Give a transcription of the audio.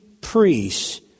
priests